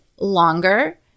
longer